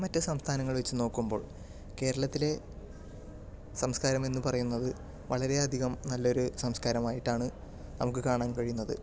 മറ്റു സംസ്ഥാനങ്ങളെ വച്ച് നോക്കുമ്പോൾ കേരളത്തിലെ സംസ്കാരം എന്ന് പറയുന്നത് വളരെ അധികം നല്ലൊരു സംസ്കാരം ആയിട്ടാണ് നമുക്ക് കാണാൻ കഴിയുന്നത്